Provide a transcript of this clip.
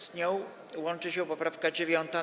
Z nią łączy się poprawka 9.